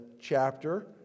chapter